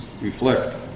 reflect